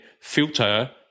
filter